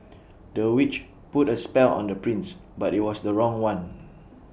the witch put A spell on the prince but IT was the wrong one